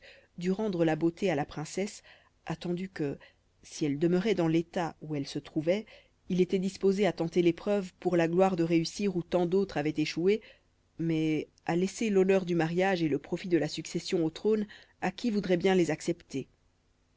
dût rendre la beauté à la princesse attendu que si elle demeurait dans l'état où elle se trouvait il était disposé à tenter l'épreuve pour la gloire de réussir où tant d'autres avaient échoué mais à laisser l'honneur du mariage et le profit de la succession au trône à qui voudrait bien les accepter